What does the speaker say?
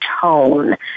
tone